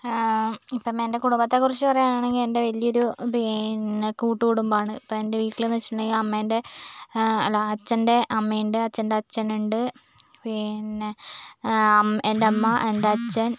ഇപ്പം എൻ്റെ കുടുംബത്തെ കുറിച്ച് പറയുകയാണെങ്കിൽ എൻ്റെ വലിയ ഒരു പിന്നെ കൂട്ടുകുടുംബമാണ് ഇപ്പോൾ എൻ്റെ വീട്ടിൽ നിന്ന് വെച്ചിട്ടുണ്ടെങ്കിൽ അമ്മൻ്റെ അല്ല അച്ഛൻ്റെ അമ്മയുണ്ട് അച്ഛൻ്റെ അച്ഛനുണ്ട് പിന്നെ എൻറെ അമ്മ എൻ്റെ അച്ഛൻ